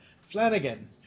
Flanagan